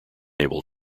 able